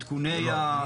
לא,